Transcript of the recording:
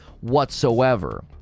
whatsoever